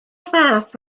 fath